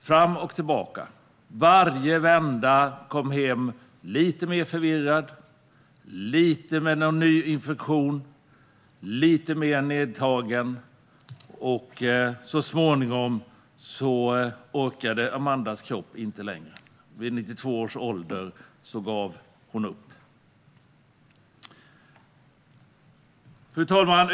För varje vända kom hon hem lite mer förvirrad, med någon ny infektion, lite mer medtagen, och så småningom orkade Amandas kropp inte längre. Vid 92 års ålder gav hon upp. Fru talman!